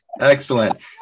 Excellent